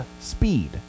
Speed